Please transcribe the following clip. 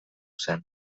zen